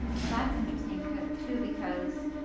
well, that's interesting too because